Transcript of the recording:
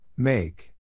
Make